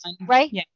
Right